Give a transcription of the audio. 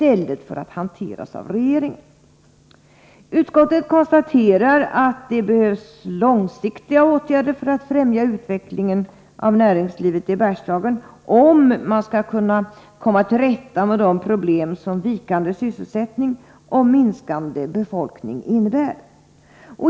Utskottet konstaterar att det behövs långsiktiga åtgärder för att främja utvecklingen av näringslivet i Bergslagen, om man skall kunna komma till rätta med de problem som vikande sysselsättning och minskande befolkning innebär.